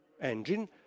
engine